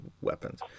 weapons